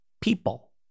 People